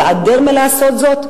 ייעדר מלעשות זאת?